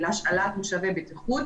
של השאלת מושבי בטיחות.